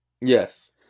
Yes